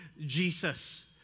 Jesus